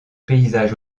paysage